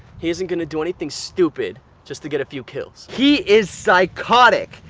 he isn't going to do anything stupid just to get a few kills. he is psychotic!